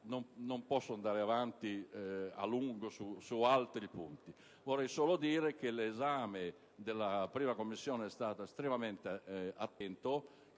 Non posso soffermarmi a lungo su altri aspetti. Vorrei solo dire che l'esame della 1a Commissione è stato estremamente attento,